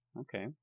Okay